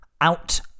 out